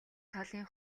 талын